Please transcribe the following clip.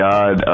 God